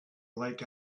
like